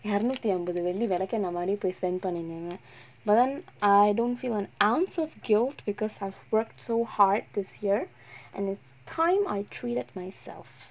இருநூத்தியம்பது வெள்ளி விலைக்கென்ன மாதிரி போய்:irunoothiambathu velli vilaikenna maathiri poyi spent பண்ணினா:panninna but then I don't feel an ounce of guilt because I've worked so hard this year and it's time I treated myself